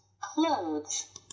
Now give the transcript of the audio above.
clothes